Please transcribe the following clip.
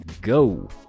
Go